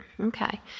Okay